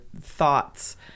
thoughts